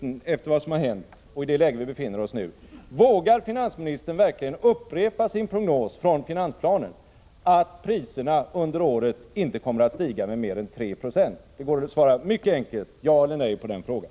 Får jag efter vad som har hänt, med tanke på det läge vi befinner oss i nu, fråga finansministern: Vågar finansministern verkligen upprepa sin prognos från finansplanen, att priserna under året inte kommer att stiga med mer än 3 96? Det går att mycket enkelt svara ja eller nej på den frågan.